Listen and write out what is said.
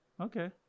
Okay